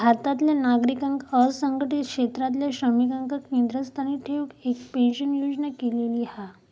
भारतातल्या नागरिकांका असंघटीत क्षेत्रातल्या श्रमिकांका केंद्रस्थानी ठेऊन एक पेंशन योजना केलेली हा